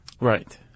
Right